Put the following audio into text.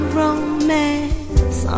romance